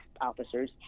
officers